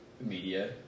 media